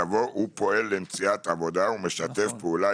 יבוא "הוא פועל למציאת עבודה ומשתף פעולה